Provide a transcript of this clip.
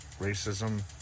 racism